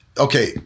Okay